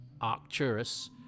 Arcturus